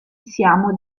siamo